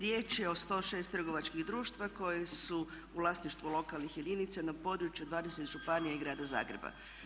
Riječ je o 106 trgovačkih društava koji su u vlasništvu lokalnih jedinica na području 20 županija i Grada Zagreba.